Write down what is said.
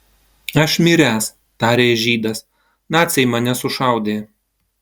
aš miręs tarė žydas naciai mane sušaudė